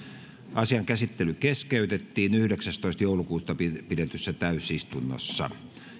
asian käsittely keskeytettiin yhdeksästoista kahdettatoista kaksituhattayhdeksäntoista pidetyssä täysistunnossa